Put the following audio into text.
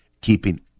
keeping